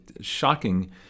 shocking